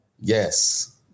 Yes